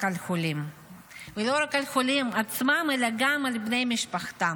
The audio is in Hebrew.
על החולים עצמם אלא גם על בני משפחתם.